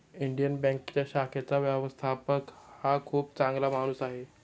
Indian बँकेच्या शाखेचा व्यवस्थापक हा खूप चांगला माणूस आहे